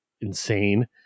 insane